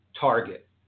target